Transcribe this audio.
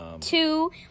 Two